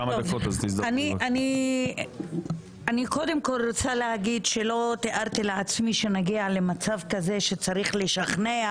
אני קודם כל רוצה להגיד שלא תיארתי לעצמי שנגיע למצב כזה שצריך לשכנע